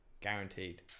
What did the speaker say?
Guaranteed